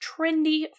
trendy